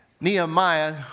Nehemiah